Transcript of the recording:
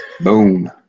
Boom